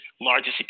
largest